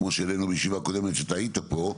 כמו שהעלינו בישיבה קודמת שאתה היית פה,